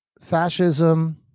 fascism